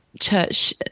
church